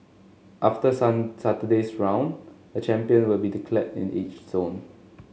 after sun Saturday's round a champion will be declared in each zone